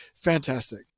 fantastic